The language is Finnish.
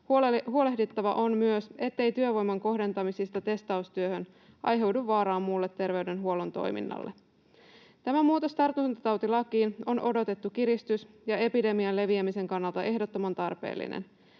Huolehdittava on myös siitä, ettei työvoiman kohdentamisesta testaustyöhön aiheudu vaaraa muulle terveydenhuollon toiminnalle. Tämä muutos tartuntatautilakiin on odotettu kiristys ja epidemian leviämisen kannalta ehdottoman tarpeellinen.